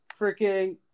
Freaking